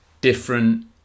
different